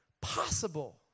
possible